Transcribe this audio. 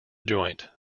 joint